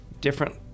different